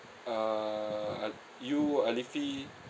err you alifi